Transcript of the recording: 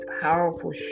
powerful